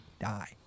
die